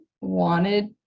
wanted